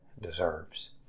deserves